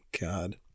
God